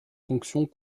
fonctions